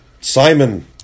Simon